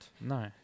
No